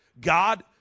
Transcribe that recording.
God